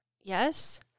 Yes